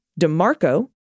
DeMarco